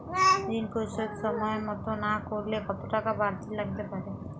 ঋন পরিশোধ সময় মতো না করলে কতো টাকা বারতি লাগতে পারে?